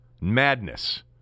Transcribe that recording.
Madness